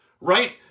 right